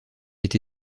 été